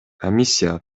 комиссия